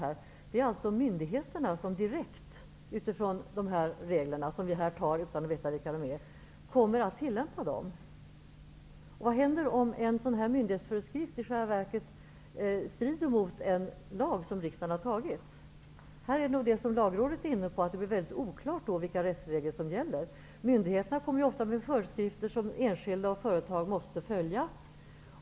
I stället är det myndigheterna som direkt kommer att tillämpa dessa regler, de regler som vi här antar utan att veta vilka de är. Vad händer om en sådan myndighetsföreskrift i själva verket strider mot en lag som riksdagen har stiftat? Lagrådet har ju redan varit inne på att det kommer att bli väldigt oklart vilka rättsregler som gäller. Myndigheterna kommer ju ofta med föreskrifter som enskilda och företag måste följa.